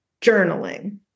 journaling